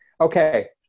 Okay